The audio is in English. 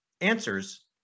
answers